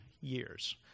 years